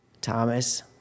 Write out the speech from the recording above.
Thomas